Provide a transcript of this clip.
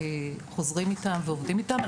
חוזרים איתם ועובדים איתם.